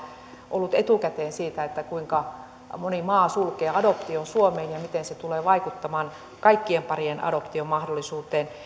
ollut etukäteen siitä kuinka moni maa sulkee adoption suomeen ja miten se tulee vaikuttamaan kaikkien parien adoptiomahdollisuuteen